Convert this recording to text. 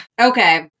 okay